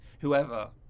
whoever